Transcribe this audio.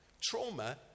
Trauma